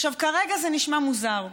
כרגע זה נשמע מוזר,